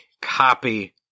copy